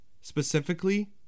specifically